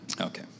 Okay